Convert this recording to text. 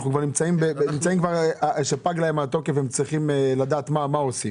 אנחנו נמצאים כבר במצב שפג להם התוקף והם צריכים לדעת מה עושים.